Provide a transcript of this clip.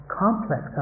complex